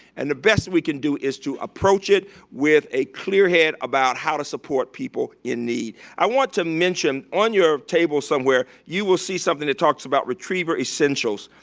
and the best we can do is to approach it with a clear head about how to support people in need. i want to mention, on your table somewhere, you will see something that talks about retriever essentials.